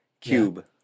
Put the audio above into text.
Cube